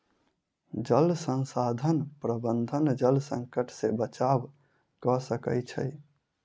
जल संसाधन प्रबंधन जल संकट से बचाव कअ सकै छै